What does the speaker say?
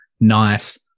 nice